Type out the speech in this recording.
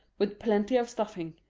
with plenty of stuffing.